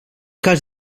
cas